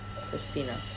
Christina